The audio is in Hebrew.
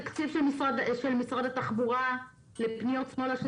תקציב של משרד התחבורה לפניות שמאלה,